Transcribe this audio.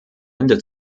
ende